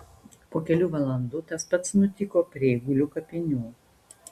po kelių valandų tas pats nutiko prie eigulių kapinių